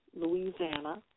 Louisiana